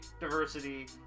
diversity